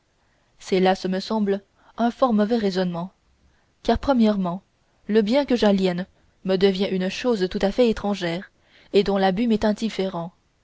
là ce me semble un fort mauvais raisonnement car premièrement le bien que j'aliène me devient une chose tout à fait étrangère et dont l'abus m'est indifférent